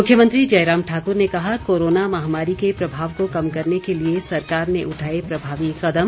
मुख्यमंत्री जयराम ठाकुर ने कहा कोरोना महामारी के प्रभाव को कम करने के लिए सरकार ने उठाए प्रभावी कदम